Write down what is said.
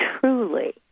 truly